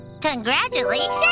Congratulations